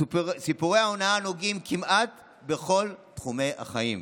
סיפורי ההונאה נוגעים כמעט בכל תחומי החיים: